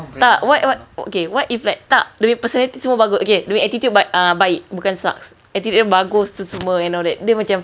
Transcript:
tak what what what if like tak dia punya personality semua bagus okay dia punya attitude but ah baik bukan sucks attitude dia bagus tu semua and all that then dia macam